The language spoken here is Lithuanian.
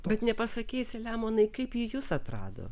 bet nepasakysi selemonai kaip ji jus atrado